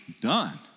done